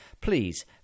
Please